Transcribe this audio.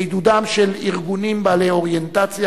בעידודם של ארגונים בעלי אוריינטציה